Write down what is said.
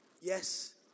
Yes